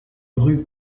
rue